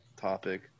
topic